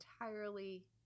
entirely